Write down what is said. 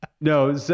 no